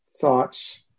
thoughts